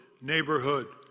neighborhood